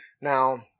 Now